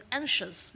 anxious